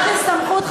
לך יש סמכות,